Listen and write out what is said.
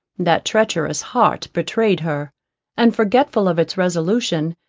that treacherous heart betrayed her and, forgetful of its resolution,